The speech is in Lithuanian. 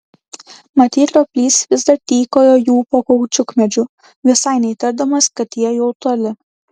matyt roplys vis dar tykojo jų po kaučiukmedžiu visai neįtardamas kad jie jau toli